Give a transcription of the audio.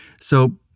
so-